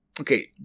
Okay